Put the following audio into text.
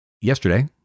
yesterday